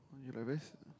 you like very s~